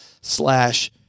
slash